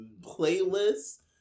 playlists